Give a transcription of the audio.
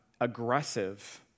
aggressive